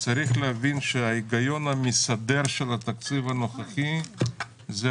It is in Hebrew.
צריך להבין שההיגיון המסדר של התקציב הנוכחי אלו